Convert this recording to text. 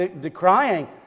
decrying